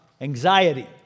anxiety